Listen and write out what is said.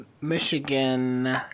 Michigan